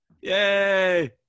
Yay